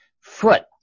foot